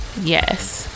Yes